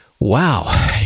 Wow